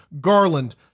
garland